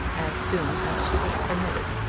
as soon as she would have permitted,